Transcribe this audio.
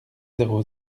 zéro